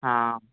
हा